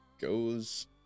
goes